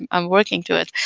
i'm working to it.